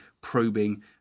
probing